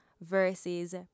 versus